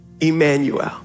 Emmanuel